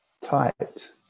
tight